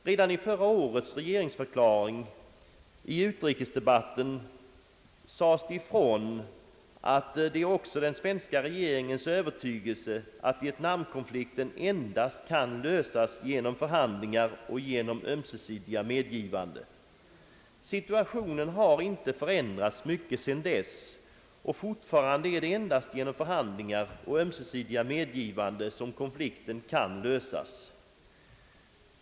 Redan i förra årets regeringsförklaring i utrikesdebatten sades det ifrån att »det är också den svenska regeringens övertygelse att vietnamkonflikten endast kan lösas genom förhandlingar och genom ömsesidiga medgivanden». Situationen har inte förändrats mycket sedan dess, och fortfarande är det endast genom förhandlingar och ömsesidiga medgivanden som konflikten kan lösas.